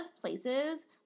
places